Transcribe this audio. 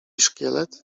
szkielet